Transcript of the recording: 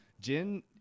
Jin